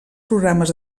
programes